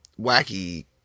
wacky